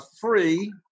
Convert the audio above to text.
free